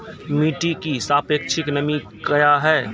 मिटी की सापेक्षिक नमी कया हैं?